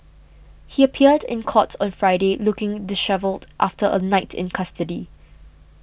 he appeared in court on Friday looking dishevelled after a night in custody